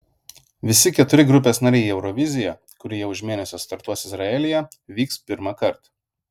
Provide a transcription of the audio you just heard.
visi keturi grupės nariai į euroviziją kuri jau už mėnesio startuos izraelyje vyks pirmąkart